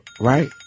right